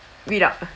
read out